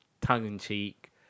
tongue-in-cheek